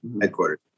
headquarters